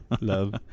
Love